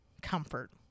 Comfort